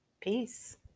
Peace